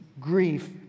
grief